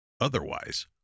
Otherwise